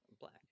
Black